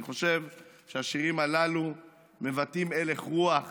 אני חושב שהשירים הללו מבטאים הלך רוח